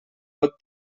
vot